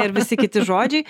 ir visi kiti žodžiai